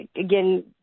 Again